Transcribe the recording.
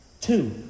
Two